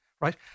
right